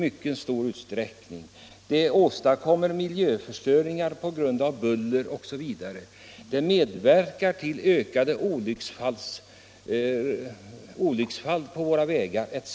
Det bidrar också till miljöförstöring i form av buller osv., ökar olycksfallsriskerna på våra vägar etc.